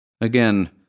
Again